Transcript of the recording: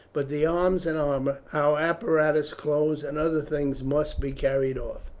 but the arms and armour, our apparatus, clothes, and other things must be carried off.